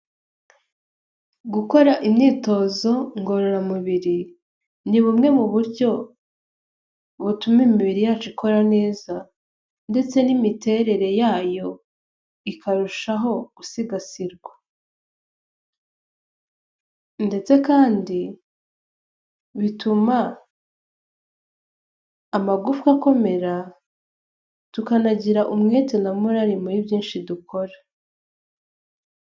Gukora imyitozo ngororamubiri ni bumwe mu buryo butuma imibiri yacu ikora neza ndetse n'imiterere yayo ikarushaho gusigasirwa, ndetse kandi bituma amagufwa akomera tukanagira umwete na morali muri byinshi dukora.